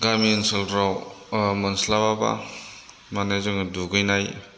गामि ओनसोलफोराव मोनस्लाबाबा माने जोङो दुगैनाय